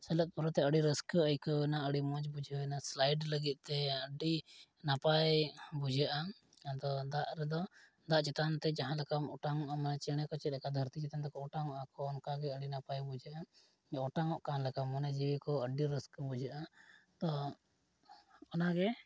ᱥᱮᱞᱮᱫ ᱯᱚᱨᱮᱛᱮ ᱟᱹᱰᱤ ᱨᱟᱹᱥᱠᱟᱹ ᱟᱹᱭᱠᱟᱹᱣᱱᱟ ᱟᱹᱰᱤ ᱢᱚᱡᱽ ᱵᱩᱡᱷᱟᱹᱣᱱᱟ ᱥᱞᱟᱭᱤᱰ ᱞᱟᱹᱜᱤᱫᱛᱮ ᱟᱹᱰᱤ ᱱᱟᱯᱟᱭ ᱵᱩᱡᱷᱟᱹᱜᱼᱟ ᱟᱫᱚ ᱫᱟᱜ ᱨᱮᱫᱚ ᱫᱟᱜ ᱪᱮᱛᱟᱱᱛᱮ ᱡᱟᱦᱟᱸ ᱞᱮᱠᱟᱢ ᱚᱴᱟᱝᱚᱜᱼᱟ ᱢᱟᱱᱮ ᱪᱮᱬᱮ ᱠᱚ ᱪᱮᱫᱞᱮᱠᱟ ᱫᱷᱟᱨᱛᱤ ᱪᱮᱛᱟᱱ ᱛᱮᱠᱚ ᱚᱴᱟᱝᱚᱜ ᱟᱠᱚ ᱚᱱᱠᱟᱜᱮ ᱟᱹᱰᱤ ᱱᱟᱯᱟᱭ ᱵᱩᱡᱷᱟᱹᱜᱼᱟ ᱚᱴᱟᱝᱚᱜ ᱠᱟᱱ ᱞᱮᱠᱟ ᱢᱚᱱᱮ ᱡᱤᱣᱤ ᱠᱚ ᱟᱹᱰᱤ ᱨᱟᱹᱥᱠᱟᱹ ᱵᱩᱡᱷᱟᱹᱜᱼᱟ ᱛᱚ ᱚᱱᱟᱜᱮ